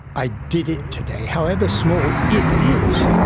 i did it today, however small it is.